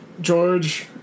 George